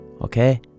okay